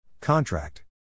Contract